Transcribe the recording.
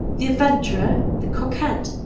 the ad venturer, the coquette,